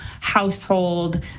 household